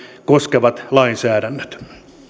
koskevat lainsäädännöt